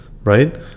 right